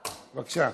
בבקשה.